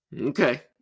Okay